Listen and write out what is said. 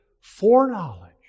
foreknowledge